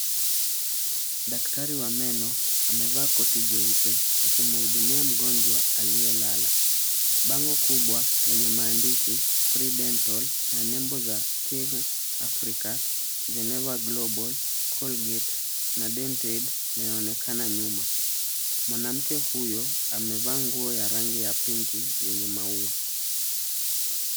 Daktari wa meno amevaa koti jeupe akimhudumia mgonjwa aliyelala. Bango kubwa lenye maandishi free dental na nembo za King Africa Geneva Global Colgate na Dentaid zinaonekana nyuma. Mwanamke huyo amevaa nguo ya rangi ya pinki yenye maua.